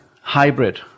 Hybrid